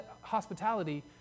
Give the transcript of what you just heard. hospitality